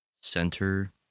center